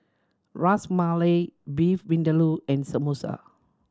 Ras Malai Beef Vindaloo and Samosa